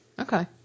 Okay